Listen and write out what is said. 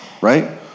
right